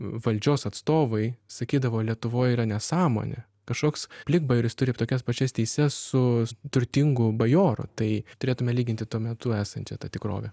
valdžios atstovai sakydavo lietuvoj yra nesąmonė kažkoks plikbajoris turi tokias pačias teises su turtingu bajoru tai turėtume lyginti tuo metu esančią tą tikrovę